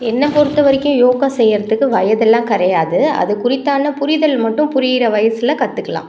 என்னை பொறுத்த வரைக்கும் யோகா செய்கிறதுக்கு வயதுலாம் கிடையாது அது குறித்தான புரிதல் மட்டும் புரிகிற வயசில் கற்றுக்கலாம்